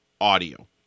audio